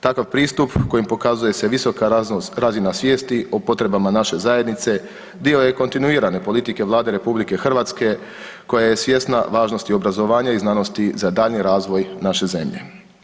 Takav pristup kojim pokazuje se visoka razina svijesti o potrebama naše zajednice, dio je kontinuirane politike Vlade RH koja je svjesna važnosti obrazovanja i znanosti za daljnji razvoj naše zemlje.